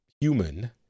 human